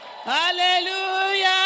Hallelujah